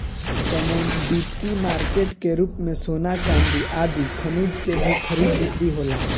commodity market के रूप में सोना चांदी आदि खनिज के भी खरीद बिक्री होला